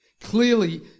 Clearly